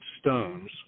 stones